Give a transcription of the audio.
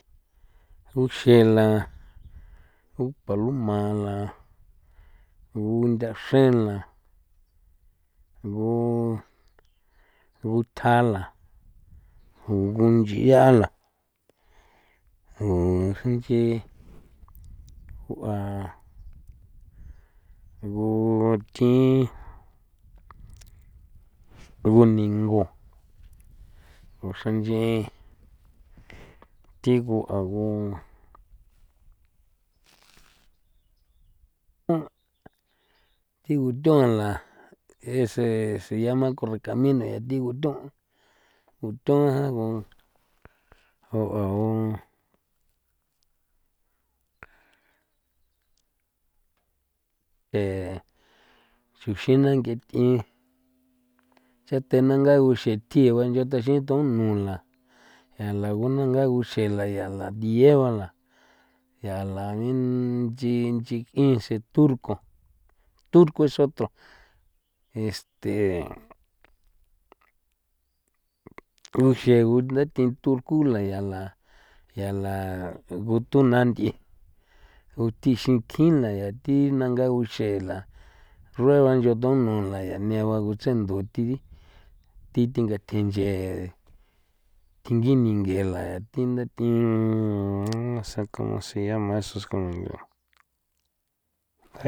nguxe la ngu paloma la ngundaxren la gu guthja la ngunchi ya la ngu xre'en nch'i ngu a gu thi ngu ningu ngu xraa nchin thi ngu agu thi nguthon la ese se llama correcamino yaa thi guthon guthon jan ee chuxin na ng'ethi cha te na nga guxethi yaa thaxi'in thun nu la ya la ngu la nga nguxe'e la yaa la dieba la ya ya la nchin nchi k'in sen turco turco es otro este nguxe'e ngu ntha ndi'in turco la yaa la ya la nguthon nanthi'e ngu thi xinkjin la yaa thi nanga nguxe'e la xrue ba nchu thunu la nea ngutsendo thi thi thingathje nche thingi ninge la thi ntha thin no se como se llama esos.